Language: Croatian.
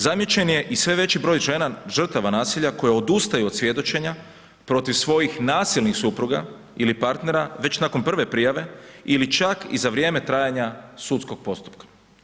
Zamijećen je i sve veći broj žena žrtava nasilja koje odustaju od svjedočenja protiv svojih nasilnih supruga ili partnera već nakon prve prijave ili čak i za vrijeme trajanja sudskog postupka.